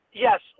Yes